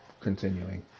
continuing